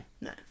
no